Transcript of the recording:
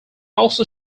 also